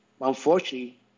unfortunately